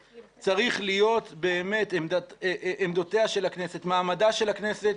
הכנסת, עמדותיה של הכנסת, מעמדה של הכנסת,